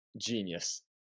genius